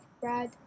Brad